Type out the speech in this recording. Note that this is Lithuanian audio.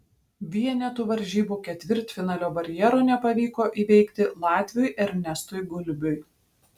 vienetų varžybų ketvirtfinalio barjero nepavyko įveikti latviui ernestui gulbiui